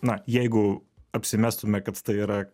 na jeigu apsimestume kad tai yra